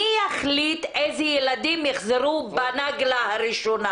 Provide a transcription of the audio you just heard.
מי יחליט איזה ילדים יחזרו בנגלה הראשונה,